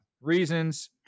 Reasons